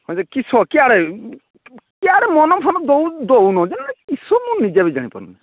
ହଁ ଯେ କିସ କୁଆଡ଼େ କୁଆଡ଼େ ମନ ଫନ ଦେଉନ ଯେ କିସ ମୁଁ ନିଜେ ବି ଜାଣିପାରୁନି